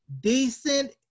decent